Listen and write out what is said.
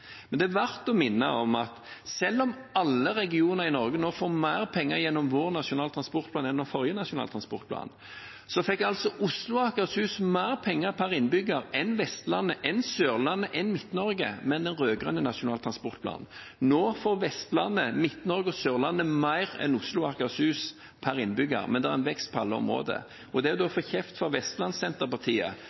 Det er verdt å minne om at selv om alle regioner i Norge nå får mer penger gjennom vår nasjonale transportplan enn gjennom den forrige nasjonale transportplanen, fikk Oslo og Akershus mer penger per innbygger enn Vestlandet, Sørlandet og Midt-Norge med den rød-grønne nasjonale transportplanen. Nå får Vestlandet, Midt-Norge og Sørlandet mer enn Oslo og Akershus per innbygger, men det er vekst på alle områder. Å få kjeft fra Vestlands-Senterpartiet når vi åpenbart har styrket satsingen på Vestlandet, er